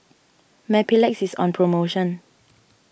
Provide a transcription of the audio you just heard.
Mepilex is on promotion